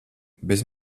bez